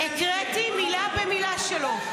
הקראתי מילה במילה שלו.